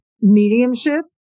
mediumship